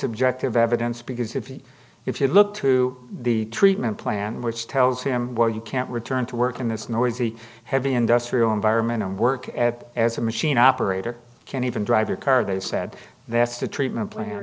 objective evidence because if you if you look to the treatment plan which tells him well you can't return to work in this noisy heavy industrial environment and work at as a machine operator can't even drive your car they said that's the treatment plan